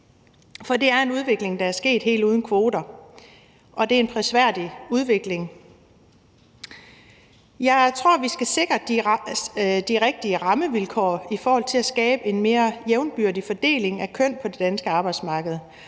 For det er en udvikling, der er sket helt uden kvoter. Det er en prisværdig udvikling. Jeg tror, at vi skal sikre de rigtige rammevilkår i forhold til at skabe en mere jævnbyrdig fordeling af køn på det danske arbejdsmarked.